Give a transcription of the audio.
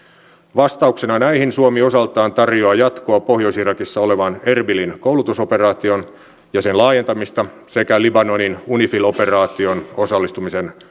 vastauksena näihin suomi osaltaan tarjoaa jatkoa pohjois irakissa olevaan erbilin koulutusoperaatioon ja sen laajentamista sekä libanonin unifil operaatioon osallistumisen